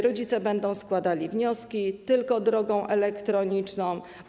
Rodzice będą składali wnioski tylko drogą elektroniczną.